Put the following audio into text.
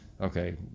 okay